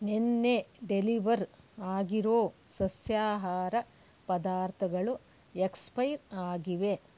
ನೆನ್ನೆ ಡೆಲಿವರ್ ಆಗಿರೋ ಸಸ್ಯಾಹಾರ ಪದಾರ್ಥಗಳು ಎಕ್ಸ್ಪೈರ್ ಆಗಿವೆ